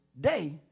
day